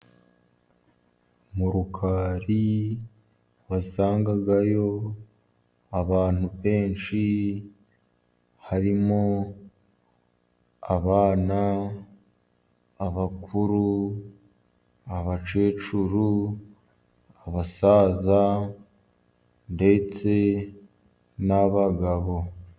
Mu rukari wasangagayo abantu benshi, harimo abana, abakuru, abakecuru ,abasaza ndetse n'abagabo.